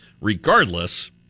Regardless